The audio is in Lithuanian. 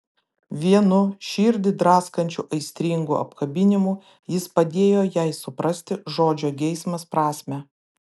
vienu širdį draskančiu aistringu apkabinimu jis padėjo jai suprasti žodžio geismas prasmę